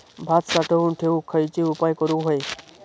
भात साठवून ठेवूक खयचे उपाय करूक व्हये?